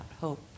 hope